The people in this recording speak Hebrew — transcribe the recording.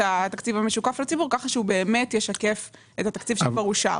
התקציב המשוקף לציבור כך שהוא באמת ישקף את התקציב שכבר אושר.